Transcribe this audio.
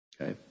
Okay